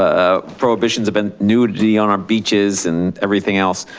ah prohibition of and nudity on our beaches and everything else.